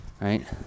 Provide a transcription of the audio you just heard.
Right